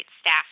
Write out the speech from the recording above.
staff